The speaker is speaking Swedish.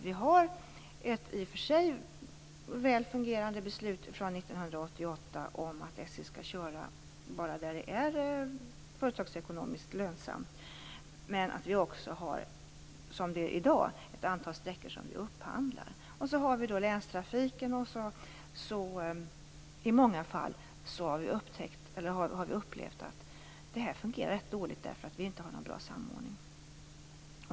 Vi har ett i och för sig väl fungerande beslut från 1988 om att SJ skall köra bara där det är företagsekonomiskt lönsamt, men vi har också i dag ett antal sträckor som vi upphandlar, och vi har också länstrafiken. Vi har sedan i många fall upplevt att det här fungerar rätt dåligt på grund av att vi inte har någon bra samordning.